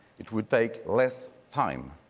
it would take less time.